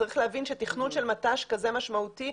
צריך להבין שתכנון של מט"ש כזה משמעותי,